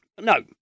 No